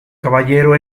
caballero